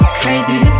crazy